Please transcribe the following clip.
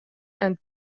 and